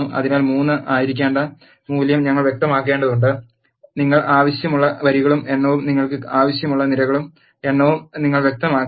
അതിനാൽ 3 ആയിരിക്കേണ്ട മൂല്യം ഞങ്ങൾ വ്യക്തമാക്കേണ്ടതുണ്ട് നിങ്ങൾക്ക് ആവശ്യമുള്ള വരികളുടെ എണ്ണവും നിങ്ങൾക്ക് ആവശ്യമുള്ള നിരകളുടെ എണ്ണവും നിങ്ങൾ വ്യക്തമാക്കണം